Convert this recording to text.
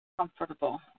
comfortable